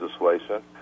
legislation